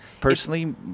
Personally